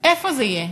איפה זה יהיה?